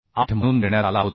8 म्हणून देण्यात आला होता